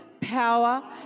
power